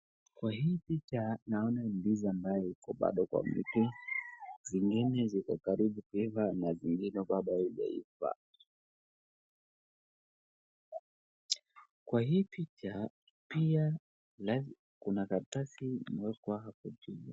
Kwa hii picha naona ndizi ambaye bado iko mti zingine ziko karibu kuiva na zingine bado ijeiva kwa hii picha pia kuna karatasi imewekwa hapo juu.